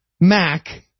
Mac